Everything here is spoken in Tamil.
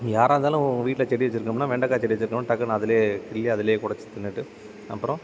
யாராக இருந்தாலும் வீட்டில் செடி வச்சுருக்கோம்னா வெண்டைக்கா செடி வச்சுருக்கோம் டக்குன்னு அதுலேயே கிள்ளி அதுலேயே ஒடைச்சி தின்னுட்டு அப்புறம்